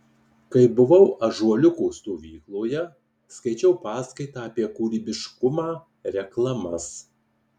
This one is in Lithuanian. kai buvau ąžuoliuko stovykloje skaičiau paskaitą apie kūrybiškumą reklamas